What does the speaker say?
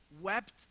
wept